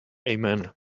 amen